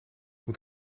moet